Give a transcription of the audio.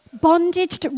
bondage